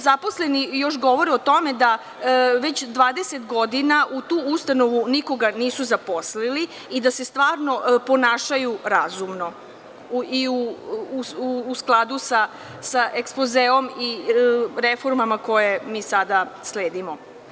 Zaposleni još govore o tome da već 20 godine u tu ustanovu nikoga nisu zaposlili i da se stvarno ponašaju razumno i u skladu sa ekspozeom i reformama koje mi sada sledimo.